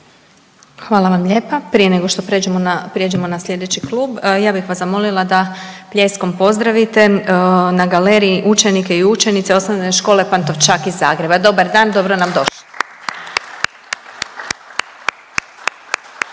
Hvala vam lijepa. Prije nego što prijeđemo na sljedeći klub ja bih vas zamolila da pljeskom pozdravite na galeriji učenike i učenice OŠ Pantovčak iz Zagreba, dobar dan, dobro nam došli.